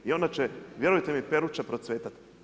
I onda će vjerujte mi, Peruča procvjetati.